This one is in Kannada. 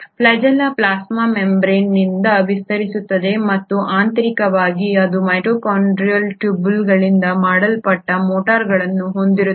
ಈ ಫ್ಲ್ಯಾಜೆಲ್ಲಾ ಪ್ಲಾಸ್ಮಾ ಮೆಂಬರೇನ್ನಿಂದ ವಿಸ್ತರಿಸುತ್ತದೆ ಮತ್ತು ಆಂತರಿಕವಾಗಿ ಇದು ಮೈಕ್ರೊಟ್ಯೂಬ್ಯೂಲ್ಗಳಿಂದ ಮಾಡಲ್ಪಟ್ಟ ಮೋಟಾರ್ಗಳನ್ನು ಹೊಂದಿರುತ್ತದೆ